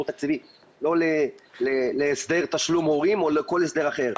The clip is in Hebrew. תקציבי לא להסדר תשלום הורים או לכל הסדר אחר.